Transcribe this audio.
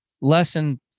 lesson